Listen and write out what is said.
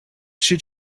should